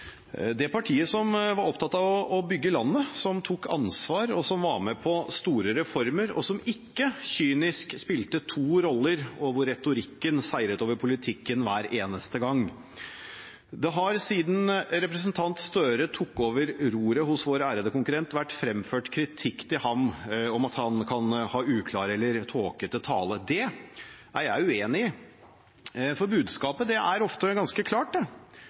det partiet som var opptatt av å bygge landet, som tok ansvar, som var med på store reformer, som ikke kynisk spilte to roller, og hvor retorikken ikke seiret over politikken hver eneste gang. Siden representanten Gahr Støre tok over roret hos vår ærede konkurrent, har han vært utsatt for kritikk for at han kan ha uklar eller tåkete tale. Det er jeg uenig i. Budskapet er ofte ganske klart det.